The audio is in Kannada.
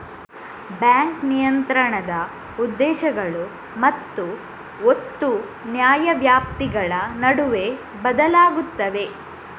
ಬ್ಯಾಂಕ್ ನಿಯಂತ್ರಣದ ಉದ್ದೇಶಗಳು ಮತ್ತು ಒತ್ತು ನ್ಯಾಯವ್ಯಾಪ್ತಿಗಳ ನಡುವೆ ಬದಲಾಗುತ್ತವೆ